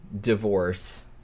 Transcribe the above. divorce